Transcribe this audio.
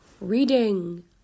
reading